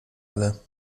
alle